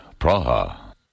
Praha